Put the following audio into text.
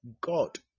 God